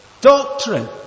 doctrine